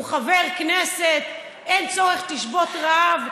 הוא חבר כנסת, אין צורך שתשבות רעב,